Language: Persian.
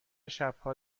شبها